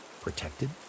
protected